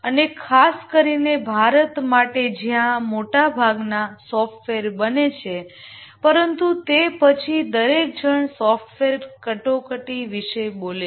અને ખાસ કરીને ભારત માટે જ્યાં મોટાભાગના સોફ્ટવેર બને છે પરંતુ તે પછી દરેક જણ સોફ્ટવેર ક્રાયસીસ વિશે બોલે છે